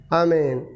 amen